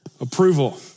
approval